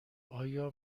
آیا